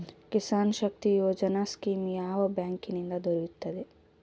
Kisan Shakti Yojana scheme ಯಾವ bank ನಿಂದ ದೊರೆಯುತ್ತದೆ?